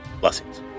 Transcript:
Blessings